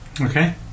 Okay